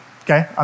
okay